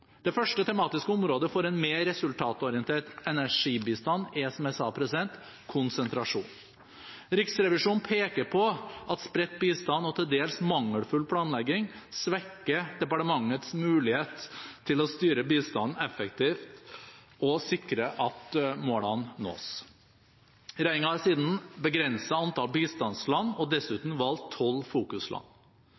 Det første tematiske området for en mer resultatorientert energibistand er, som jeg sa, konsentrasjon. Riksrevisjonen peker på at spredt bistand og til dels mangelfull planlegging svekker departementets mulighet til å styre bistanden effektivt og sikre at målene nås. Regjeringen har siden begrenset antall bistandsland og dessuten valgt 12 fokusland.